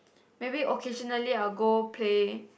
maybe occasionally I'll go play